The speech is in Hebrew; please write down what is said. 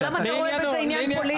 אבל למה זה עניין פוליטי?